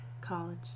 college